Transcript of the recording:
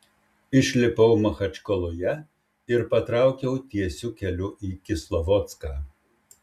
išlipau machačkaloje ir patraukiau tiesiu keliu į kislovodską